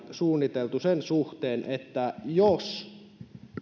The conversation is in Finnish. suunniteltu toimintalinjauksia sen suhteen että